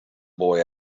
boy